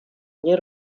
nie